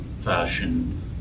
fashion